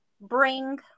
bring